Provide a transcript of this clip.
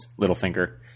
Littlefinger